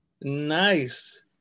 Nice